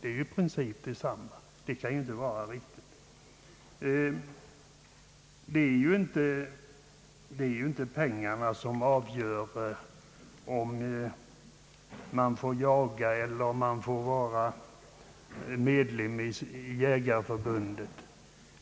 Det kan väl inte vara riktigt. Det är inte pengarna som avgör om man har rätt att jaga eller får vara medlem i Svenska jägareförbundet.